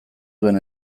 duen